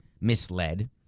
misled